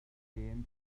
hen